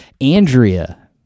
Andrea